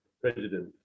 President